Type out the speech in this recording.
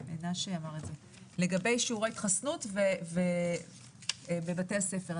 שמנשה אמר את זה ולגבי שיעורי התחסנות בבתי הספר.